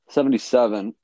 Seventy-seven